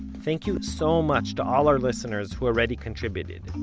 thank you so much to all our listeners who already contributed.